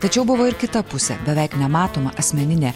tačiau buvo ir kitą pusė beveik nematoma asmeninė